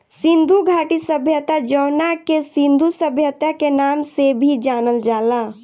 सिंधु घाटी सभ्यता जवना के सिंधु सभ्यता के नाम से भी जानल जाला